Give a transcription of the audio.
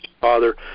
Father